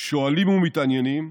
שואלים ומתעניינים,